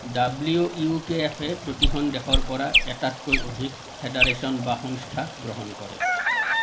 W U K এফে প্ৰতিখন দেশৰ পৰা এটাতকৈ অধিক ফেডাৰেশ্যন বা সংস্থা গ্ৰহণ কৰে